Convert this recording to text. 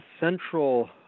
central